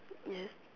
yes